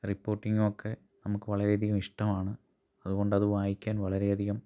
റിപ്പോട്ടിങ്ങുമൊക്കെ നമുക്ക് വളരെയധികം ഇഷ്ടമാണ് അതുകൊണ്ടത് വായിക്കാൻ വളരെയധികം